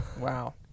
Wow